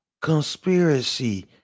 conspiracy